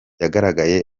yagaragaye